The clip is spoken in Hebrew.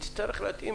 היא תצטרך להתאים